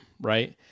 right